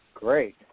great